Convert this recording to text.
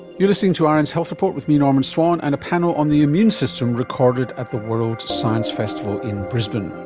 you're listening to um rn's health report with me, norman swan, and a panel on the immune system recorded at the world science festival in brisbane.